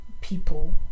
people